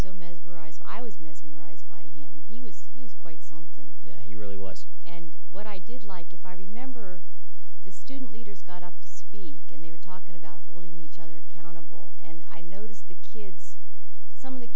so mesmerized i was mesmerized by him he was he was quite something that he really was and what i did like if i remember the student leaders got up to speak and they were talking about holding each other accountable and i noticed the kids some of the